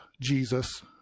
Jesus